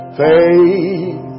faith